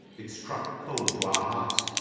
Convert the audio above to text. it struck cold to our hearts,